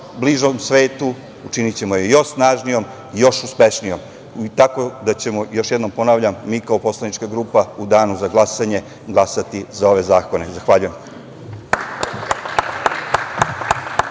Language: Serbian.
bližom svetu, učinićemo je još snažnijom i još uspešnijom. Još jednom ponavljam, mi kao poslanička grupa ćemo u danu za glasanje glasati za ove zakone. Zahvaljujem.